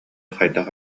хайдах